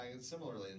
similarly